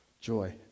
joy